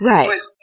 Right